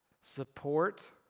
support